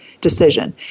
decision